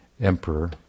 emperor